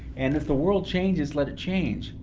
and if the world changes, let it change,